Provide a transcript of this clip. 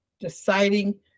deciding